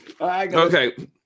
Okay